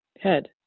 head